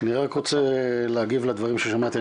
אני רק רוצה להגיב לדברים ששמעתי,